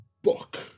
book